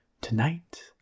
tonight